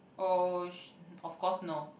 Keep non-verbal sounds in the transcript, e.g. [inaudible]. oh [noise] of course no